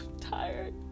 tired